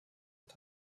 und